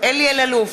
בהצבעה אלי אלאלוף,